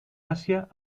asia